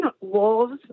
wolves